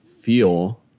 feel